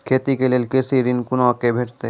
खेती के लेल कृषि ऋण कुना के भेंटते?